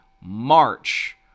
March